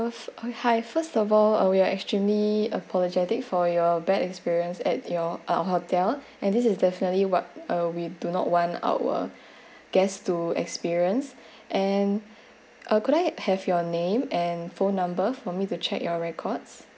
uh hi first of all uh we're extremely apologetic for your bad experience at your uh hotel and this is definitely what uh we do not want our guests to experience and uh could I have your name and phone number for me to check your records